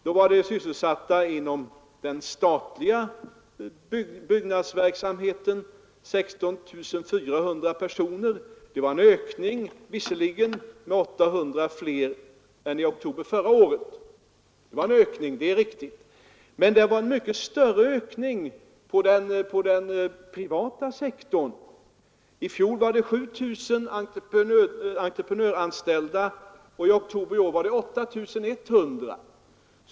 Då var inom den statliga byggnadsverksamheten sysselsatta 16 400 personer. Det är riktigt att det är en ökning med 800 jämfört med oktober förra året, men det var en mycket större ökning på den privata sektorn. I oktober i fjol var det 7 000 entreprenörsanställda och i oktober i år 8 100.